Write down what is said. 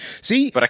See